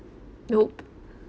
nope